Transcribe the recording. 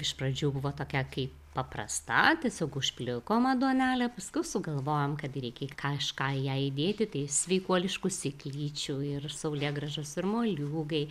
iš pradžių buvo tokia kaip paprasta tiesiog užplikoma duonelė paskui sugalvojom kad reikia kažką į ją įdėti tai sveikuoliškų sėklyčių ir saulėgrąžos ir moliūgai